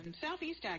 Southeast